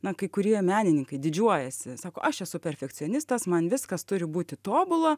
na kai kurie menininkai didžiuojasi sako aš esu perfekcionistas man viskas turi būti tobula